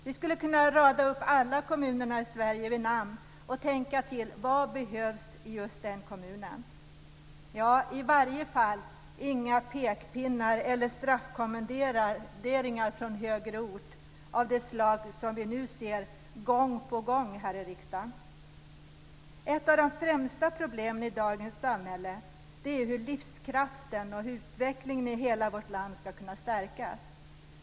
Vi skulle kunna rada upp alla kommuner i Sverige och tänka: Vad behövs i just den här kommunen? Det behövs i varje fall inga pekpinnar eller straffkommenderingar från högre ort av det slag som vi gång på gång ser här i riksdagen. Ett av de främsta problemen i dagens samhälle är hur livskraften och utvecklingen i hela vårt land ska kunna stärkas.